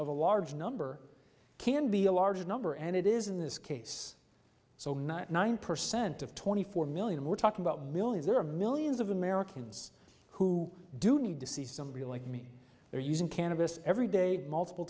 of a large number can be a large number and it is in this case so ninety nine percent of twenty four million we're talking about millions there are millions of americans who do need to see somebody like me there using cannabis every day multiple